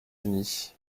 unis